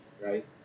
right